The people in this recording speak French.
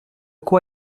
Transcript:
quoi